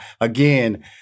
again